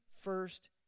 first